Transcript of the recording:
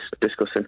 discussing